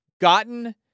gotten